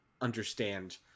understand